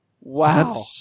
Wow